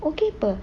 okay apa